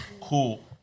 cool